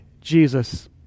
Jesus